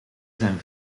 zijn